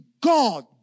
God